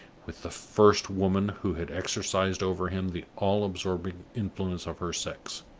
with the first woman who had exercised over him the all-absorbing influence of her sex.